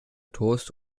toast